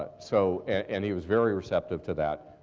but so and and he was very receptive to that,